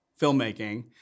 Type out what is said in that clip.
filmmaking